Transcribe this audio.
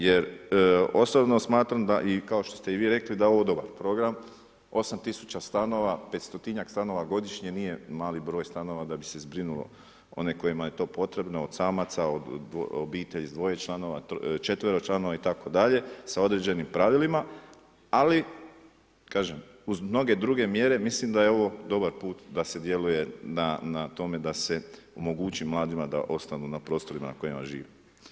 Jer osobno smatram da i kao što ste vi rekli, da je ovo dobar program, 8000 stanova, 500 stanova godišnje, nije mali broj stanova, da bi se zbrinula onima kojima je to potrebno, od samaca, od obitelji s 2 članova, 4 članova itd. s određenim pravilima, ali kažem uz mnoge druge mjere, mislim da je ovo dobar put, da se djeluje na tome, da se omogući mladima, da ostaju na prostorima na kojima živi.